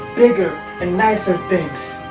bigger and nicer things.